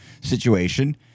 situation